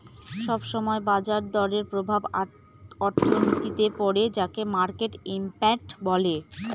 সব সময় বাজার দরের প্রভাব অর্থনীতিতে পড়ে যাকে মার্কেট ইমপ্যাক্ট বলে